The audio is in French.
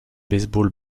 baseball